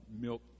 milk